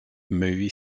movie